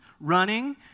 running